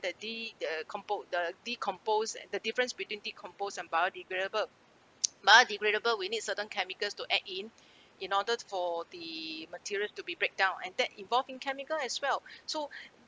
that de~ the compo~ the decompose and the difference between decompose and biodegradable biodegradable we need certain chemicals to add in in order to for the materials to be breakdown and that involving chemical as well so